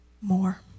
more